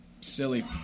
silly